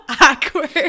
awkward